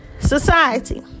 society